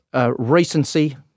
recency